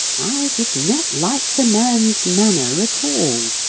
i did not like the man's manner at all.